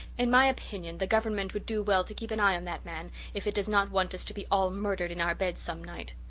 in my opinion the government would do well to keep an eye on that man if it does not want us to be all murdered in our beds some night.